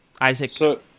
Isaac